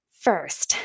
First